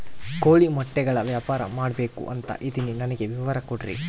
ಕೋಳಿ ಮೊಟ್ಟೆಗಳ ವ್ಯಾಪಾರ ಮಾಡ್ಬೇಕು ಅಂತ ಇದಿನಿ ನನಗೆ ವಿವರ ಕೊಡ್ರಿ?